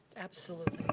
absolutely.